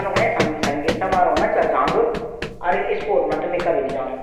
कॉफी पीण पंसद करदू।